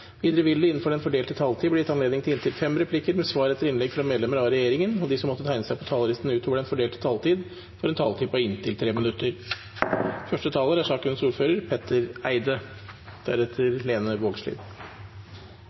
Videre vil det – innenfor den fordelte taletid – bli gitt anledning til replikkordskifte på inntil seks replikker med svar etter innlegg fra medlemmer av regjeringen, og de som måtte tegne seg på talerlisten utover den fordelte taletid, får også en taletid på inntil 3 minutter.